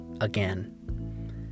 again